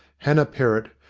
hannah perrott,